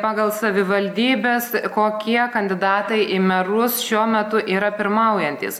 pagal savivaldybes kokie kandidatai į merus šiuo metu yra pirmaujantys